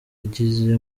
yagize